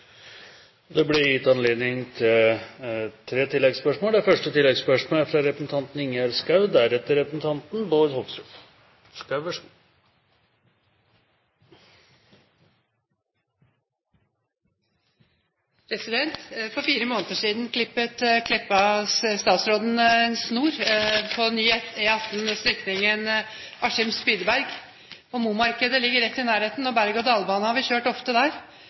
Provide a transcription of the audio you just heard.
Det blir gitt anledning til tre oppfølgingsspørsmål – først Ingjerd Schou. For fire måneder siden klippet statsråd Meltveit Kleppa en snor på nye E18, strekningen Askim–Spydeberg. Momarkedet ligger rett i nærheten, og berg- og dalbane har vi kjørt ofte der.